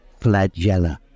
flagella